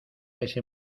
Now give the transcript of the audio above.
ese